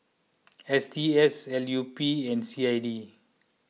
S T S L U P and C I D